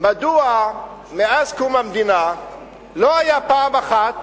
מדוע מאז קום המדינה לא היה פעם אחת